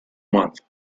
month